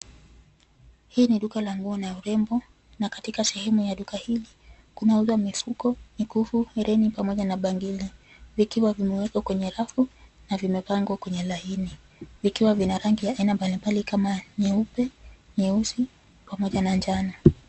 Hii ni duka la nguo na urembo na katika sehemu ya duka hili kunauzwa mifuko, mikufu, herini pamoja na bangili vikiwa vimewekwa kwenye rafu na vimepangwa kwenye laini, vikiwa vina rangi ya aina mbalimbali kama nyeupe, nyeusi, pamoja na njano.